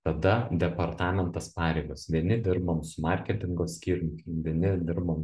tada departamentas pareigos vieni dirbam su marketingo skyrium vieni dirbam